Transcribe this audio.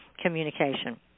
communication